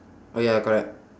orh ya correct